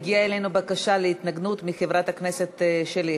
הגיעה אלינו בקשה להתנגדות מחברת הכנסת שלי יחימוביץ.